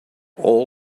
all